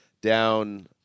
down